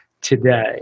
today